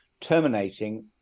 terminating